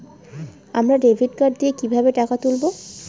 আমরা debit card দিয়ে কিভাবে টাকা তুলবো?